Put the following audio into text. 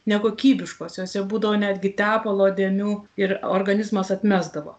nekokybiškos jose būdavo netgi tepalo dėmių ir organizmas atmesdavo